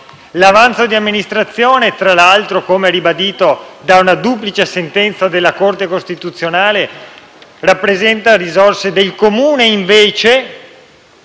L'avanzo di amministrazione - come ribadito da una duplice sentenza della Corte costituzionale - rappresenta risorse dei Comuni; invece,